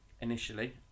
initially